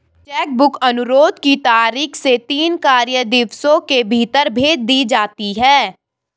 check book अनुरोध की तारीख से तीन कार्य दिवसों के भीतर भेज दी जाती है